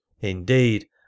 Indeed